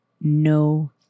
no